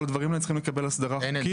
כל הדברים האלה צריכים לקבל הסדרה חוקית.